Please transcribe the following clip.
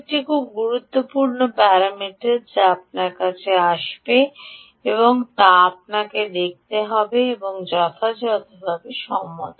একটি গুরুত্বপূর্ণ প্যারামিটার যা আপনার কাছে আসবে তা আপনাকে দেখতে হবে যথার্থতার সাথে সম্মত